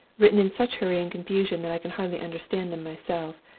written in such hurry and confusion that i can hardly understand them myself,